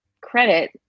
credit